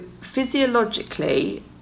physiologically